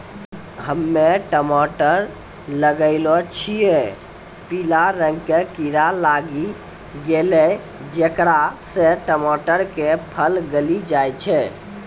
हम्मे टमाटर लगैलो छियै पीला रंग के कीड़ा लागी गैलै जेकरा से टमाटर के फल गली जाय छै?